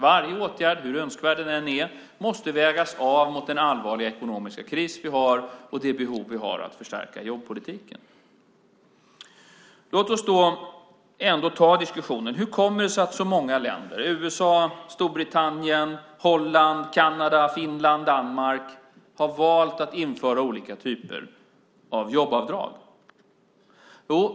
Varje åtgärd, hur önskvärd den än är, måste vägas av mot den allvarliga ekonomiska kris vi har och de behov vi har att förstärka jobbpolitiken. Låt oss ändå ta diskussionen. Hur kommer det sig att så många länder - USA, Storbritannien, Holland, Kanada, Finland, Danmark - har valt att införa olika typer av jobbskatteavdrag?